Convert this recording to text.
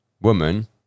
woman